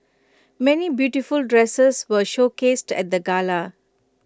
many beautiful dresses were showcased at the gala